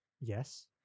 Yes